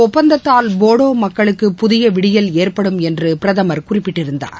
ஒப்பந்தத்தால் போடோ மக்களுக்கு புதிய விடியல் ஏற்படும் என்று பிரதமர் இந்த குறிப்பிட்டிருந்தார்